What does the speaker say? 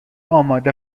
آماده